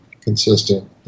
consistent